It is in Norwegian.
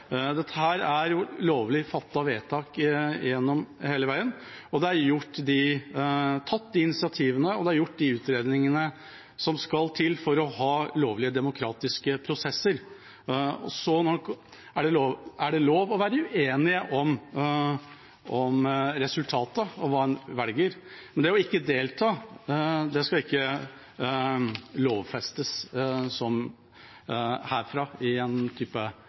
Dette er lovlig fattede vedtak hele veien, og det er tatt de initiativene og gjort de utredningene som skal til for å ha lovlige, demokratiske prosesser. Det er lov å være uenige om resultatet og hva en velger, men det å ikke delta skal ikke lovfestes herfra i en type